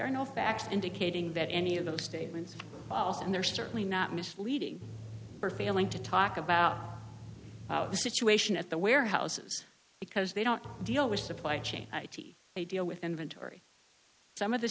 are no facts and decay being that any of those statements and they're certainly not misleading for failing to talk about the situation at the warehouses because they don't deal with supply chain they deal with inventory some of the